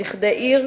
לכדי עיר,